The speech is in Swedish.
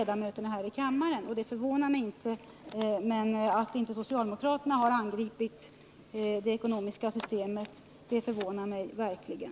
Det senare förvånar mig inte, men att inte socialdemokraterna har angripit det ekonomiska systemet förvånar mig verkligen.